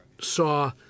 saw